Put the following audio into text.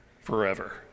forever